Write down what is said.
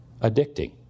addicting